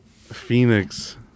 phoenix